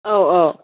ꯑꯧ ꯑꯧ